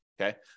okay